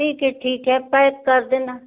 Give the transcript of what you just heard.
ठीक है ठीक है पैक कर देना